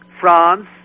France